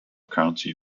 county